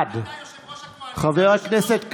חבר הכנסת קרעי,